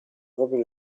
proprio